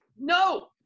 No